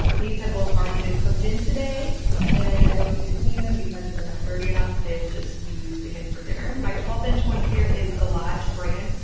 these have both already been cooked in today and i don't need to clean them because they're not dirty enough. they will just be used again for dinner. my twelve and one here is the lodge brand,